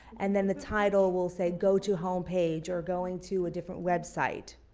and then the title will say go to home page or going to a different website.